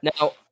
Now